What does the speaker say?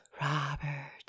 Robert